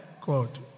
God